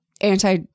anti-